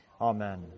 Amen